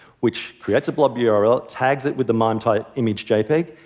which creates a blob yeah url, tags it with the um type image jpeg,